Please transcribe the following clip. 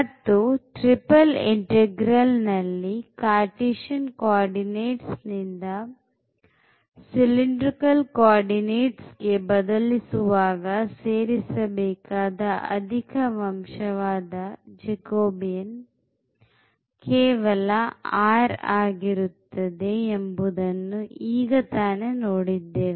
ಮತ್ತು triple integral ನಲ್ಲಿ cartesian coordinates ನಿಂದ cylindrical co ordinate ಗೆ ಬದಲಿಸುವಾಗ ಸೇರಿಸಬೇಕಾದ ಅಧಿಕ ಅಂಶವಾದ jacobian ಕೇವಲ r ಆಗಿರುತ್ತದೆ ಎಂಬುದನ್ನು ಈಗ ತಾನೇ ನೋಡಿದ್ದೇವೆ